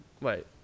wait